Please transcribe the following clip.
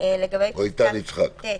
לגבי (ט),